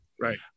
Right